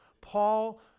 Paul